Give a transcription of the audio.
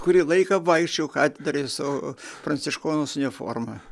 kurį laiką vaikščiojau katedroj su pranciškonos uniforma